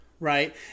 right